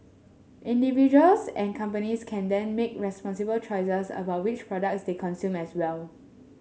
individuals and companies can then make responsible choices about which products they consume as well